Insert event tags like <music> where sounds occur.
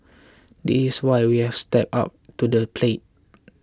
<noise> this is why we have stepped up to the plate